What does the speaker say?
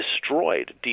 destroyed